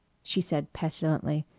she said petulantly.